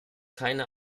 keine